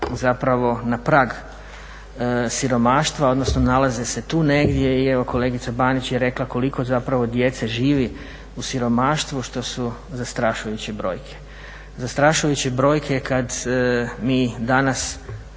kuca na prag siromaštva odnosno nalaze se tu negdje i evo kolegica Banić je rekla koliko zapravo djece živi u siromaštvu što su zastrašujuće brojke. Zastrašujuće brojke kada mi danas